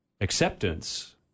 Acceptance